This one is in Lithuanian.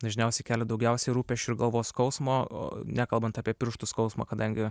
dažniausiai kelia daugiausia rūpesčių ir galvos skausmo nekalbant apie pirštų skausmą kadangi